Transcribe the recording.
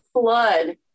flood